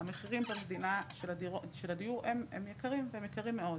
המחירים של הדיור במדינה הם יקרים והם יקרים מאוד,